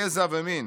גזע ומין,